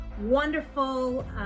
wonderful